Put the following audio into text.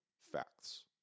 facts